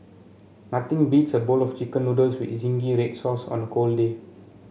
nothing beats a bowl of chicken noodles with zingy red sauce on a cold day